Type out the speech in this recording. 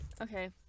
Okay